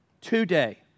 Today